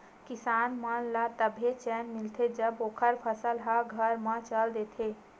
किसान मन ल तभे चेन मिलथे जब ओखर फसल ह घर म चल देथे